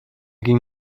ging